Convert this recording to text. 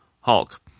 Hulk